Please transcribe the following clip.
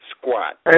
squat